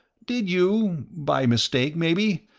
did you by mistake, maybe?